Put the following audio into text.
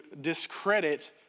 discredit